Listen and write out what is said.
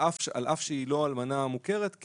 על אף שהיא לא אלמנה מוכרת,